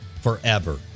forever